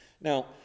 now